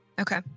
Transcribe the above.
Okay